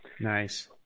Nice